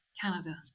Canada